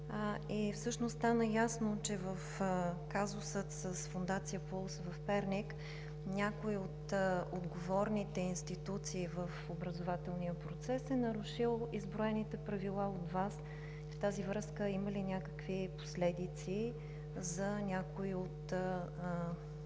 и стана ясно, че в казуса с Фондация П.У.Л.С. в Перник някой от отговорните институции в образователния процес е нарушил изброените правила от Вас. В тази връзка въпросът е: има ли някакви последици за някой